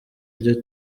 iryo